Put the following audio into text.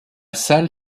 salle